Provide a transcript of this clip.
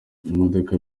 imodoka